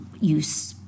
use